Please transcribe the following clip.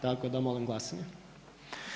Tako da molim glasanje.